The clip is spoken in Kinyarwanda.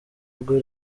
rwe